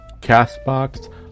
CastBox